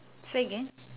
say again